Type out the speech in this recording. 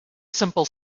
simple